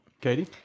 Katie